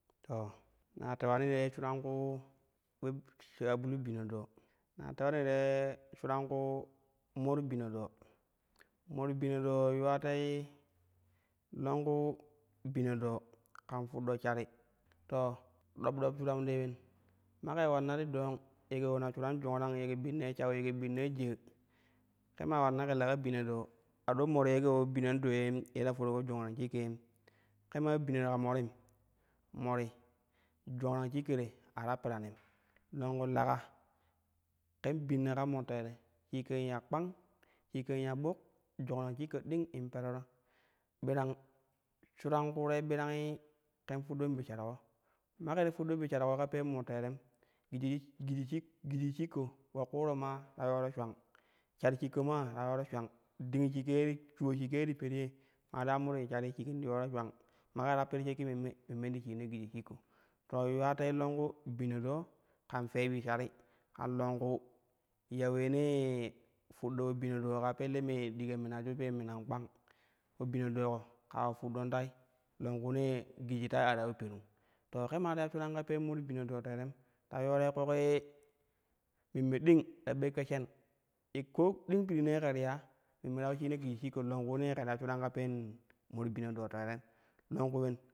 To na tewani tei shuran ku ule shabu ule bino do, na tewani te mar bino do mar bino do yuwa ta longku bino do kan fuddo shari to dop dop shuran tei ulen mako ulanna ti dong ye ke yum shuran jongrang ye ke binnai shau ye ke binnau jaa ke maa ulanna ki leka bino do, a do mar ye ke po binna do yem ye ta forko jongrang shikka yen ke maa bina ka morin mari jongrang shikka te a ta peranim longku lka ken binna ka mar tere shikkan ya kpang, shikkan ya ɓuk, jongrang shikka ding in perero birang shuran kuurei birang ken fudɗo bi sharko make ti fuddo bi sharko ka peen mor terem giji- giji- shik- giji shikko po kuuri maa ta yooro shulang shar shikko maa ta yooro shulang ding shikko ye, shuula ye ti periye maa ti ammo shik shari shigin ti yooro shulang make ta per shakki memme, memmen ti shiino giji shikko to yuwa tei longku bino doo kan fee be shari kan longku ya uleenee fuɗdo po bino doo kaa pelle inee diga minaju minan kpang po bino doo ka yiu fuddon tai longkuunee giji tai a ta yiu peru yo ke ma ti ya shuran ka peen luor bino doo teerem to yoorai ƙoƙo ye memme ding ta bekko shen ye ko ding pirii ne ke riya memme ta yiu shima giji shikko longkuenee ti ya shuram ka peen mor bino doo teerem longku ulen.